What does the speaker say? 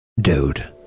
dude